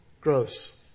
Gross